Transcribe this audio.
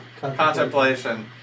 contemplation